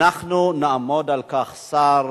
אנחנו נעמוד על כך: שר